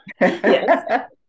Yes